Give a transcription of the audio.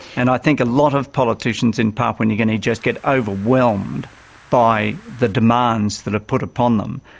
and i think a lot of politicians in papua new guinea just get overwhelmed by the demands that are put upon them.